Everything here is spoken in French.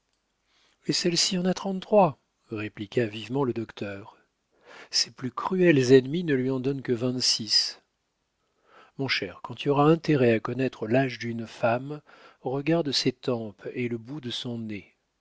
et celle-ci en a trente-trois répliqua vivement le docteur ses plus cruelles ennemies ne lui en donnent que vingt-six mon cher quand tu auras intérêt à connaître l'âge d'une femme regarde ses tempes et le bout de son nez